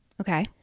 Okay